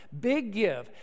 BIGGIVE